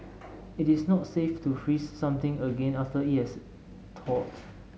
it is not safe to freeze something again after it has thawed